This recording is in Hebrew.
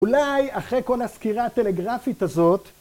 אולי אחרי כל הסקירה הטלגרפית הזאת